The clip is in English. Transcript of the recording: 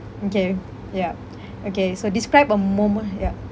mm K yup okay so describe a moment ya